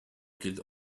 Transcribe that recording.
killed